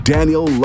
Daniel